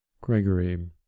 Gregory